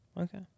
Okay